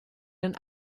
den